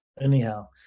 Anyhow